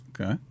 Okay